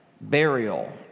burial